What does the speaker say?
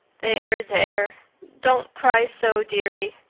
there there don't cry so, dearie.